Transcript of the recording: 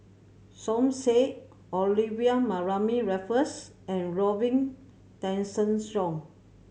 Som Said Olivia Mariamne Raffles and Robin Tessensohn